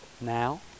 now